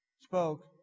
spoke